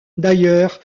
d’ailleurs